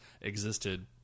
existed